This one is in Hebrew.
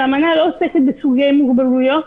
שהאמנה לא עוסקת בסוגי מוגבלויות